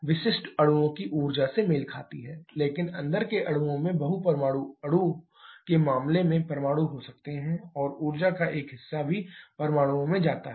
विशिष्ट अणुओं की ऊर्जा से मेल खाती है लेकिन अंदर के अणुओं में बहु परमाणु अणुओं के मामले में परमाणु हो सकते हैं और ऊर्जा का एक हिस्सा भी परमाणुओं में जाता है